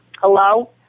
Hello